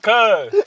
Cause